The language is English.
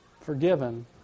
forgiven